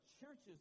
churches